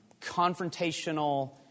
confrontational